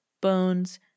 bones